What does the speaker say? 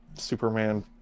Superman